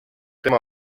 tema